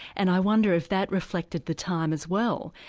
and i wonder if that reflected the time as well,